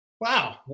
Wow